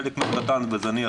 חלק קטן וזניח,